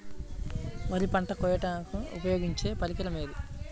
వరి పంట కోయుటకు ఉపయోగించే పరికరం ఏది?